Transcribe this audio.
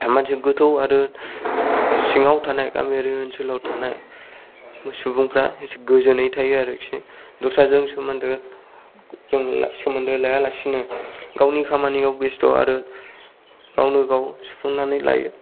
मोनसे गोथौ आरो सिङाव थानाय गामियारि ओनसोलाव थानाय सुबुंफोरा गोजोनै थायो आरोखि दस्राजों सोमोन्दो लायालासिनो गावनि खामानियाव बेस्थ' आरो गावनोगाव सुफुंनानै लायो